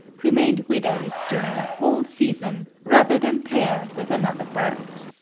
remained widows during a whole season rather than pair with another bird.